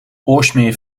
oorsmeer